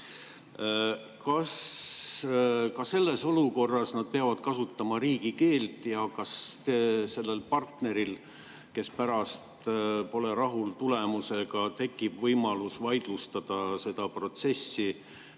ka selles olukorras nad peavad kasutama riigikeelt ja kas sellel partneril, kes pärast pole tulemusega rahul, tekib võimalus vaidlustada seda protsessi